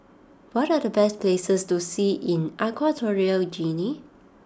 what are the best places to see in Equatorial Guinea